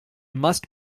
must